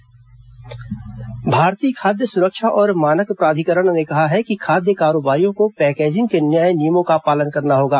भारतीय खाद्य सुरक्षा भारतीय खाद्य सुरक्षा और मानक प्राधिकरण ने कहा है कि खाद्य कारोबारियों को पैकेजिंग के नए नियमों का पालन करना होगा